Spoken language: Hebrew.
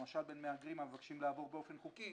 למשל בין מהגרים המבקשים לעבור באופן חוקי